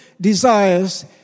desires